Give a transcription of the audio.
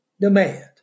demand